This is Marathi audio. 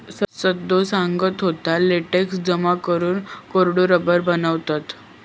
सदो सांगा होतो, लेटेक्स जमा करून कोरडे रबर बनवतत